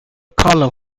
column